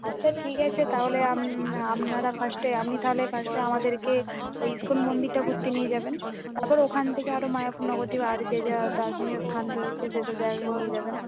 আচ্ছা ঠিক আছে তাহলে আপনারা ফার্স্টে আপনি তাহলে ফার্স্টে আমাদেরকে ওই ইসকন মন্দিরটা ঘুরতে নিয়ে যাবেন তারপর ওখান থেকে আরও মায়াপুর নবদ্বীপ আর যে যা দর্শনীয় স্থান রয়েছে সেসব জায়গায় নিয়ে যাবেন